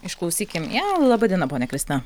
išklausykim ją laba diena ponia kristina